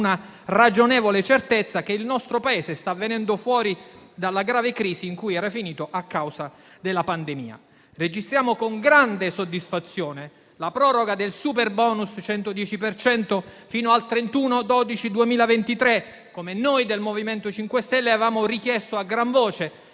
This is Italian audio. ragionevole certezza che il nostro Paese sta venendo fuori dalla grave crisi in cui era finito a causa della pandemia. Registriamo con grande soddisfazione la proroga del superbonus al 110 per cento fino al 31 dicembre 2023, come noi del MoVimento 5 Stelle avevamo richiesto a gran voce,